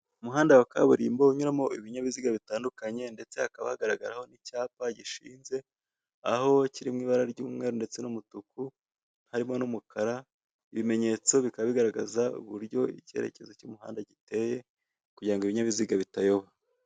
Umuhanda wa kaburimbo unyurwamo ibinyabiziga bitandukanye, ndetse hakaba hari n'icyapa gishinze, aho kiri mu ibara ry'umweru ndetse n'umutuku, harimo n'umukara. Ibimenyetso bikaba bigaragaza uko icyerekezo cy'umuhanda giteye kugira ngo ibinyabiziga bitayoba.